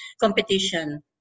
competition